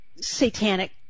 satanic